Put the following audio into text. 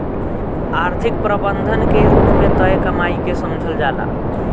आर्थिक प्रबंधन के रूप में तय कमाई के समझल जाला